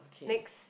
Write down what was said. next